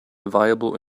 viable